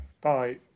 bye